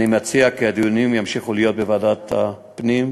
אני מציע כי הדיונים ימשיכו להיות בוועדת הפנים,